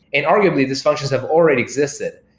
and arguably, these functions have already existed.